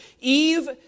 Eve